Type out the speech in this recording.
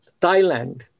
Thailand